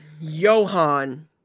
Johan